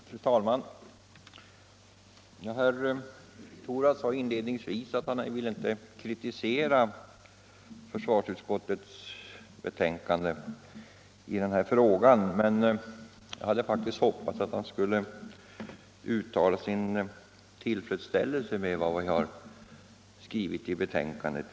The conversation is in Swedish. Fru talman! Herr Torwald sade inledningsvis att han inte ville kritisera försvarsutskottets betänkande i den här frågan, men jag hade faktiskt hoppats att han skulle uttala sin tillfredsställelse över vad vi har skrivit i betänkandet.